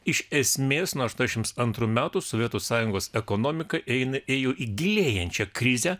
iš esmės nuo aštuoniasdešimt antrų metų sovietų sąjungos ekonomika eina ėjo į gilėjančią krizę